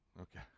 Okay